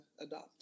adopt